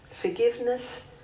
forgiveness